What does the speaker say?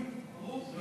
ברור.